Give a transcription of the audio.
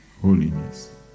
holiness